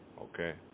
Okay